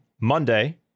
Monday